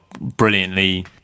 brilliantly